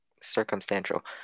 circumstantial